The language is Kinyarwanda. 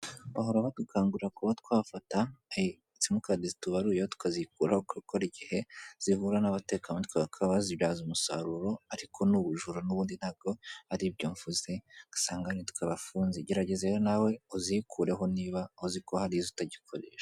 Bahora badukangurira kuba twafata simukadi zitubaruye tukazikuraho kubera ko hari igihe zihura n'abatekamutwe bakaba bazibyaza umusaruro ariko ni ubujura n'ubundi ntabwo ari ibyo mvuze ugasanga ni twe bafunze, gerageza rero nawe uzikureho niba uzi ko hari izo utagikoresha.